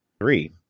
Three